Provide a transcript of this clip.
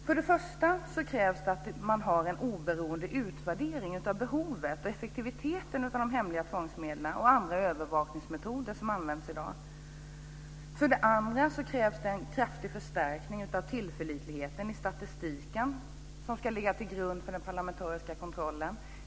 För det första krävs det att det sker en oberoende utvärdering av behovet och effektiviteten av de hemliga tvångsmedlen och andra övervakningsmetoder som används i dag. För det andra krävs det en kraftig förstärkning av tillförlitligheten i statistiken som ska ligga till grund för den parlamentariska kontrollen.